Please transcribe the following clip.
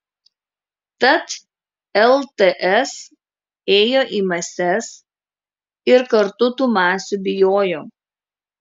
tad lts ėjo į mases ir kartu tų masių bijojo